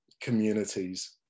communities